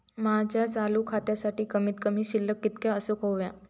माझ्या चालू खात्यासाठी कमित कमी शिल्लक कितक्या असूक होया?